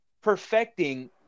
perfecting